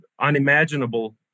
unimaginable